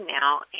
now